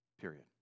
Period